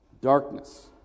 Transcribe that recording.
darkness